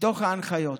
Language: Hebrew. מתוך ההנחיות,